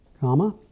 comma